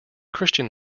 christian